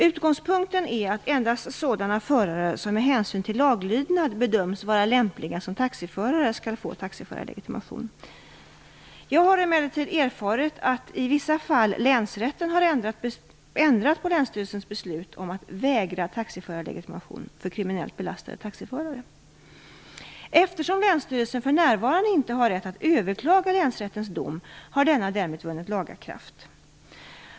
Utgångspunkten är att endast sådana förare som med hänsyn till laglydnad bedöms vara lämpliga som taxiförare skall få taxiförarlegitimation. Jag har emellertid erfarit att länsrätten i vissa fall har ändrat på länsstyrelsens beslut att vägra taxiförarlegitimation för kriminellt belastade taxiförare. Eftersom länsstyrelsen för närvarande inte har rätt att överklaga länsrättens dom har denna därmed vunnit laga kraft.